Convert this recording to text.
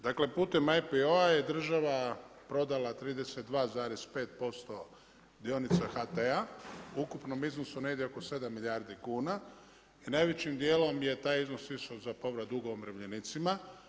Dakle, putem IPO-a je država prodala 32,5% dionica HT-a u ukupnom iznosu negdje oko 7 milijardi kuna i najvećim dijelom je taj iznos išao za povrat duga umirovljenicima.